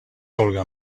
colga